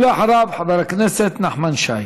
ואחריו, חבר הכנסת נחמן שי.